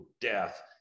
death